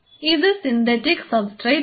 ഇത് synthetic substrate ആണ്